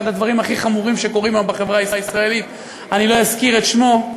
הדברים הכי חמורים שקורים היום בחברה הישראלית אני לא אזכיר את שמו,